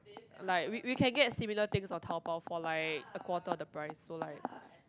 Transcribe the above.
like we we can get similar things on Taobao for like a quarter of the price so like